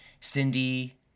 Cindy